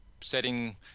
setting